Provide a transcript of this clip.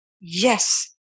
Yes